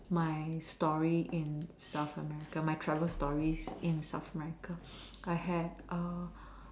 my story in South America my travel stories in South America I had err